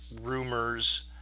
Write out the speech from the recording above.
rumors